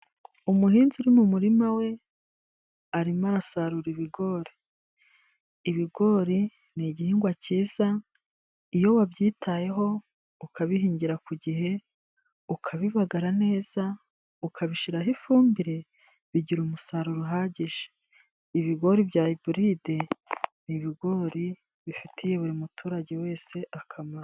Umuhinzi uri mu murima we arimo arasarura ibigori, ibigori ni igihingwa cyiza, iyo wabyitayeho ukabihingira ku gihe, ukabibagara neza, ukabishyiraho ifumbire, bigira umusaruro uhagije. Ibigori bya iburide ni ibigori bifitiye buri muturage wese akamaro.